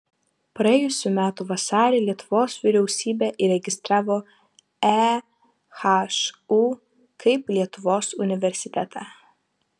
praėjusių metų vasarį lietuvos vyriausybė įregistravo ehu kaip lietuvos universitetą